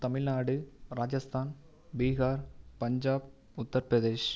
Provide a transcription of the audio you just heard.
Tamil Nadu Rajasthan Bihar Punjab Uttar Pradesh